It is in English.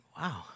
wow